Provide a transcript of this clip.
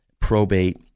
probate